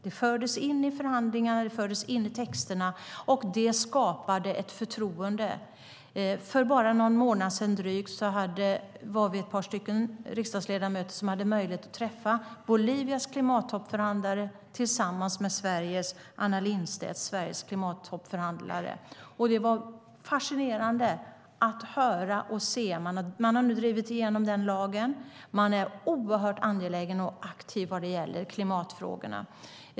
Den fördes in i förhandlingar, och den fördes in i texterna. Det skapade ett förtroende. För bara någon månad sedan drygt var vi ett par riksdagsledamöter som hade möjlighet att träffa Bolivias klimattoppförhandlare tillsammans med Sveriges klimattoppförhandlare Anna Lindstedt. Det var fascinerande att höra och se. Man har nu drivit igenom den lagen. Man är oerhört angelägen och aktiv vad gäller klimatfrågorna.